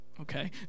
okay